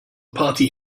party